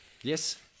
Yes